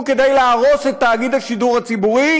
כדי להרוס את תאגיד השידור הציבורי,